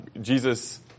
Jesus